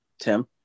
Tim